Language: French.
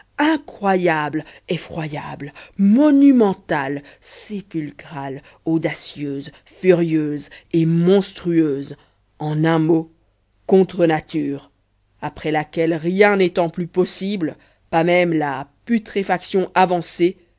incroyable effroyable monumentale sépulcrale audacieuse furieuse et monstrueuse en un mot contre nature après laquelle rien n'étant plus possible pas même la putréfaction avancée